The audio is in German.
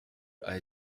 all